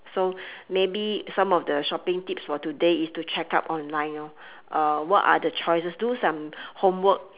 so maybe some of the shopping tips for today is to check up online lor uh what are the choices do some homework